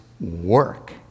work